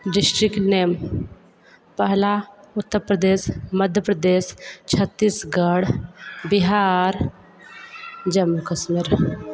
district name पहला उत्तर प्रदेश मध्य प्रदेश छत्तीसगढ़ बिहार जम्मू कश्मीर